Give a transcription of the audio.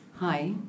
Hi